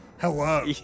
Hello